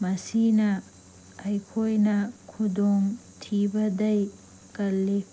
ꯃꯁꯤꯅ ꯑꯩꯈꯣꯏꯅ ꯈꯨꯗꯣꯡ ꯊꯤꯕꯗꯒꯤ ꯀꯜꯂꯤ